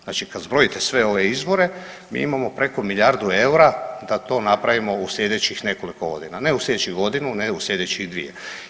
Znači kad zbrojite sve ove izvore mi imamo preko milijardu eura da to napravimo u slijedećih nekoliko godina, ne u slijedećih godinu, ne u slijedećih dvije.